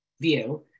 view